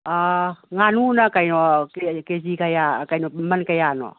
ꯑꯥ ꯉꯥꯅꯨꯅ ꯀꯩꯅꯣ ꯀꯦ ꯖꯤ ꯀꯌꯥ ꯃꯃꯟ ꯀꯌꯥꯅꯣ